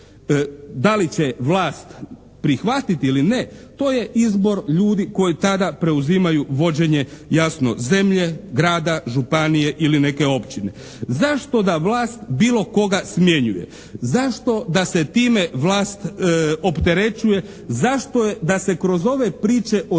Da li će vlast prihvatiti ili ne to je izbor ljudi koji tada preuzimaju vođenje jasno zemlje, grada, županije ili neke općine. Zašto da vlast bilo koga smjenjuje? Zašto da se time vlast opterećuje? Zašto da se kroz ove priče o